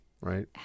right